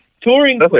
Touring